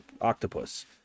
octopus